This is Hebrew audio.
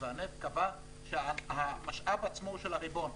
והנפט קבע שהמשאב עצמו הוא של הריבון.